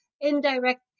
indirect